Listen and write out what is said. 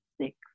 six